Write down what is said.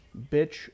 bitch